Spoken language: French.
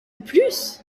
plus